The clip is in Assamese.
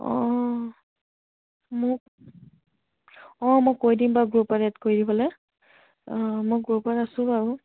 অঁ মোক অঁ মই কৈ দিম বাৰু গ্ৰুপত এড কৰি দিবলৈ অঁ মই গ্ৰুপত আছোঁ বাৰু